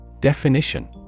Definition